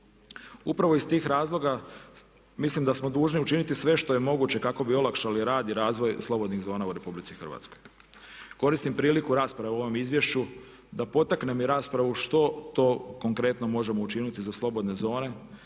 Upravo ih tih razloga mislim da smo dužni učiniti sve što je moguće kako bi olakšali rad i razvoj slobodnih zona u RH. Koristim priliku rasprave o ovom izvješću da potaknem i raspravu što to konkretno možemo učiniti za slobodne zone